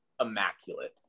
immaculate